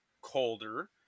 colder